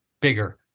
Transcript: bigger